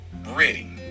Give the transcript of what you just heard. Ready